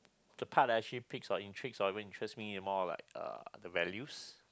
the part that actually pick or intrigue or interest me more of like uh the values